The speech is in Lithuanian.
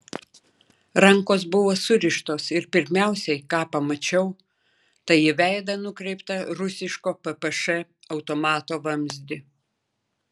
rankos buvo surištos ir pirmiausiai ką pamačiau tai į veidą nukreiptą rusiško ppš automato vamzdį